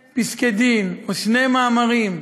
פסקי-דין, או שני מאמרים,